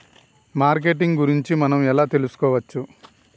Marketing గురించి మనం ఎలా తెలుసుకోవచ్చు?